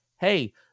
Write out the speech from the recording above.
hey